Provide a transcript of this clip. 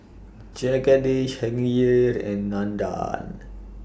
Jagadish Hangirr and Nandan